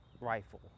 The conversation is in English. rifle